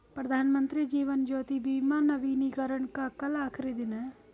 प्रधानमंत्री जीवन ज्योति बीमा नवीनीकरण का कल आखिरी दिन है